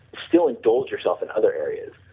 still endorse yourself in other areas.